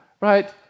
right